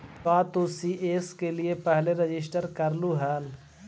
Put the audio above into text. का तू C S लिए पहले रजिस्टर करलू हल